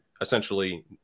essentially